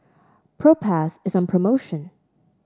Propass is on promotion